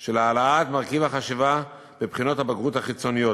של העלאת מרכיב החשיבה בבחינות הבגרות החיצוניות.